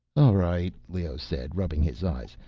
all right, leoh said, rubbing his eyes.